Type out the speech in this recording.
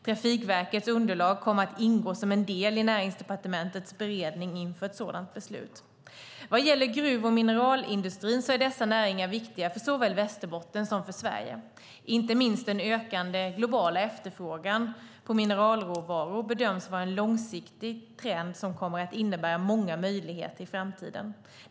Trafikverkets underlag kommer att ingå som en del i Näringsdepartementets beredning inför ett sådant beslut. Gruv och mineralindustrin är viktiga näringar för såväl Västerbotten som Sverige. Inte minst den ökande globala efterfrågan på mineralråvaror bedöms vara en långsiktig trend som kommer att innebära många möjligheter i framtiden.